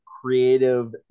creative